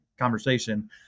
conversation